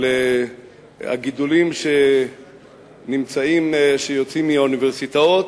על הגידולים שיוצאים מהאוניברסיטאות,